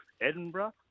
Edinburgh